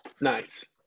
Nice